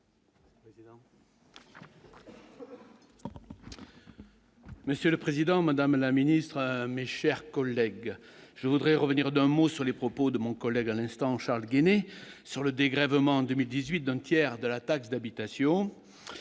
Monsieur le Président, Madame la Ministre, mes chers collègues, je voudrais revenir d'un mot sur les propos de mon collègue à l'instant, Charles et sur le dégrèvement 2018 d'un tiers de la taxe d'habitation,